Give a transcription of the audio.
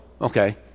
Okay